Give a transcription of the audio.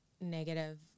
negative